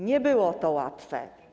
Nie było to łatwe.